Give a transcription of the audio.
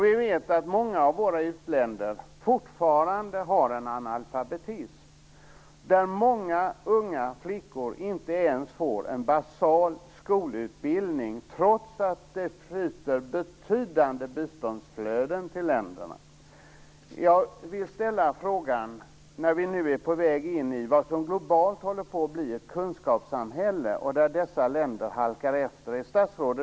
Vi vet att många u-länder fortfarande har en analfabetism där många unga flickor inte ens får en basal skolutbildning trots att det flyter betydande biståndsmedel till länderna. Nu är vi på väg in i vad som globalt håller på att bli ett kunskapssamhälle, och dessa länder halkar efter. Jag vill ställa en fråga.